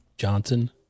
johnson